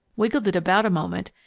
wiggled it about a moment,